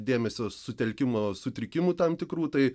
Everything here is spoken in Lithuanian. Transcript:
dėmesio sutelkimo sutrikimų tam tikrų tai